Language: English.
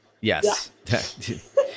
yes